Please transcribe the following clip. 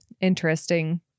interesting